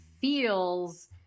feels